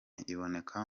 iboneka